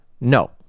No